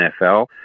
nfl